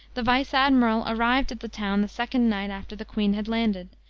the vice-admiral arrived at the town the second night after the queen had landed.